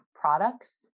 products